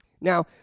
Now